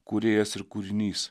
kūrėjas ir kūrinys